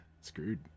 Screwed